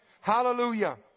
Hallelujah